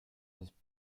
has